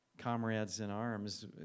comrades-in-arms